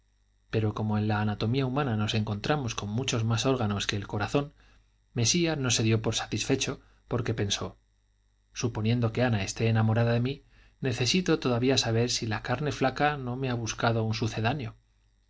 pero como en la anatomía humana nos encontramos con muchos más órganos que el corazón mesía no se dio por satisfecho porque pensó suponiendo que ana esté enamorada de mí necesito todavía saber si la carne flaca no me ha buscado un sucedáneo